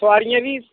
सवारियां फ्ही